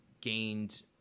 gained